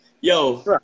Yo